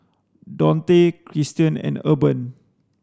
Donte Christian and Urban